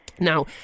Now